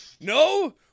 No